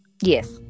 Yes